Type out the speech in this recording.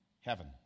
heaven